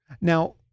Now